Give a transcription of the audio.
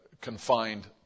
confined